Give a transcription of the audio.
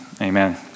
Amen